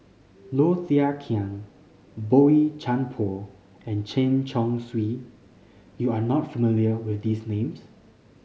Low Thia Khiang Boey Chuan Poh and Chen Chong Swee you are not familiar with these names